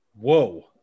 Whoa